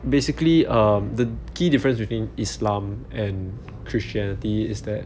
basically um the key difference between islam and christianity is that